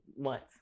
months